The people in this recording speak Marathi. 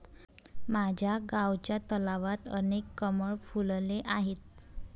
माझ्या गावच्या तलावात अनेक कमळ फुलले आहेत